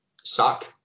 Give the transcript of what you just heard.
suck